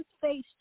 face